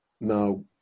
Now